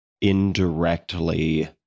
indirectly